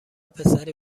پسری